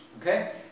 Okay